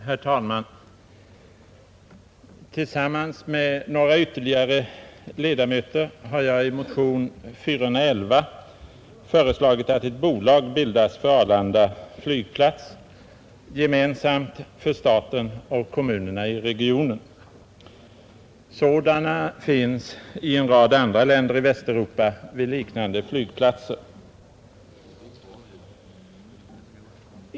Herr talman! Tillsammans med några ytterligare ledamöter har jag i motionen 411 föreslagit att ett bolag bildas för Arlanda flygplats, gemensamt för staten och kommunerna i regionen. Sådana finns i en rad andra länder i Västeuropa vid liknande flygplatser.